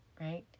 right